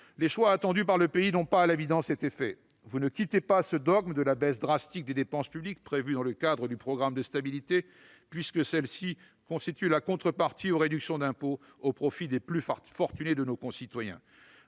les choix attendus par le pays n'ont à l'évidence pas été faits. Vous n'abandonnez pas le dogme de la baisse draconienne des dépenses publiques, prévue dans le cadre du programme de stabilité, puisque celle-ci constitue la contrepartie aux réductions d'impôts qui profitent aux plus fortunés de nos concitoyens.